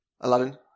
Aladdin